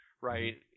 right